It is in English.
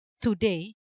today